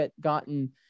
gotten